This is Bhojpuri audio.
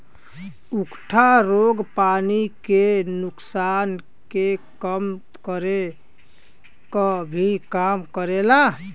उकठा रोग पानी के नुकसान के कम करे क भी काम करेला